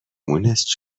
مونس